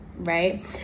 right